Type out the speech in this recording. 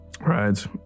Right